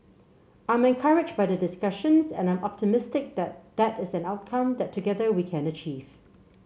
I'm encouraged by the discussions and I am optimistic that that is an outcome that together we can achieve